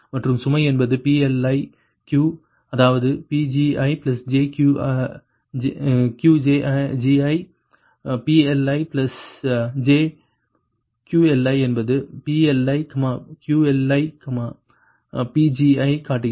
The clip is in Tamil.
மற்றும் சுமை என்பது PLi Q அதாவது PgijQgi PLijQLi என்பது PLi QLi Pgi ஐக் காட்டுகிறது